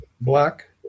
black